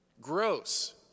Gross